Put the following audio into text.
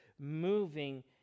Moving